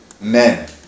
men